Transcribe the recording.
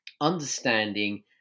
understanding